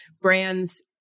brands